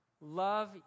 love